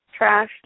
trashed